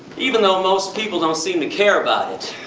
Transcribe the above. even though most people don't seem to care about it.